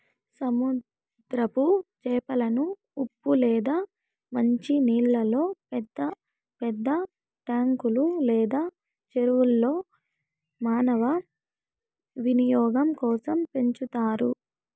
సముద్రపు చేపలను ఉప్పు లేదా మంచి నీళ్ళల్లో పెద్ద పెద్ద ట్యాంకులు లేదా చెరువుల్లో మానవ వినియోగం కోసం పెంచుతారు